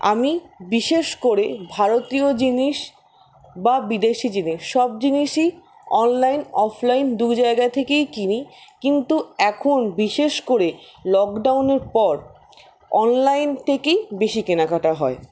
আমি বিশেষ করে ভারতীয় জিনিস বা বিদেশী জিনিস সব জিনিসই অনলাইন অফলাইন দু জায়গা থেকেই কিনি কিন্তু এখন বিশেষ করে লকডাউনের পর অনলাইন থেকেই বেশি কেনাকাটা হয়